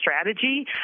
strategy